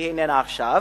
שאיננה עכשיו.